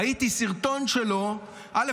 ראיתי סרטון שלו, א.